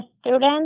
students